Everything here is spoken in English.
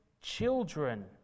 children